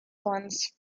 funds